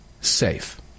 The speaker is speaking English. safe